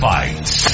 Fights